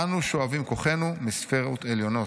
'אנו שואבים כוחנו מספירות עליונות'."